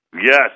Yes